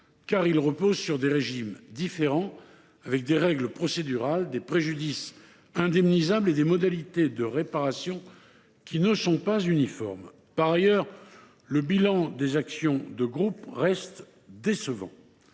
: il repose sur une diversité de régimes dont les règles procédurales, les préjudices indemnisables et les modalités de réparation ne sont pas uniformes. En outre, le bilan des actions de groupe reste décevant.